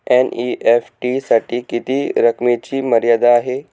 NEFT साठी किती रकमेची मर्यादा आहे?